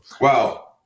Wow